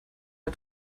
der